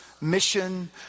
mission